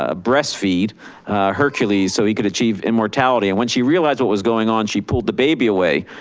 ah breastfeed hercules so he could achieve immortality. and when she realized what was going on she pulled the baby away,